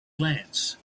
glance